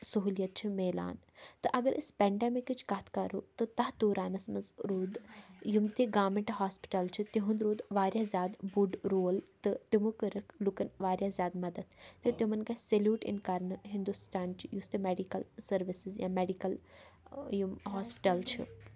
سہوٗلیت چھِ مِلان تہٕ اگر أسۍ پیٚنڈیمِکٕچ کَتھ کَرو تہٕ تَتھ دورانَس منٛز روٗد یِم تہِ گامٮ۪نٛٹ ہاسپِٹَل چھِ تِہُنٛد روٗد واریاہ زیادٕ بوٚڈ رول تہٕ تِمو کٔرِکھ لُکَن واریاہ زیادٕ مَدَتھ تہٕ تِمَن گژھِ سٔلیوٗٹ یِن کَرنہٕ ہِنٛدُستانچہِ یُس تہِ میٚڈِکَل سٔروِسِز یا میٚڈِکَل یِم ہاسپِٹَل چھِ